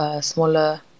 smaller